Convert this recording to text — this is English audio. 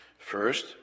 First